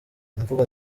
imvugo